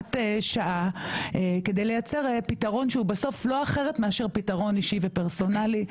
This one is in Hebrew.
הוראת שעה כדי לייצר פתרון שהוא בסוף לא אחרת מאשר פתרון אישי ופרסונלי.